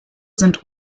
sind